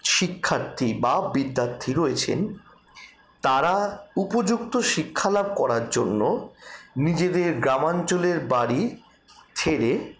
শিক্ষার্থী বা বিদ্যার্থী রয়েছেন তারা উপযুক্ত শিক্ষালাভ করার জন্য নিজেদের গ্রামাঞ্চলের বাড়ি ছেড়ে